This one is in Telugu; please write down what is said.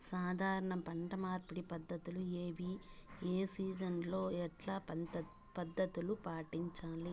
సాధారణ పంట మార్పిడి పద్ధతులు ఏవి? ఏ సీజన్ లో ఎట్లాంటి పద్ధతులు పాటించాలి?